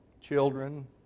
Children